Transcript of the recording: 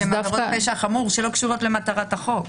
הן עבירות פשע חמור שלא קשורות למטרת החוק.